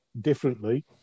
differently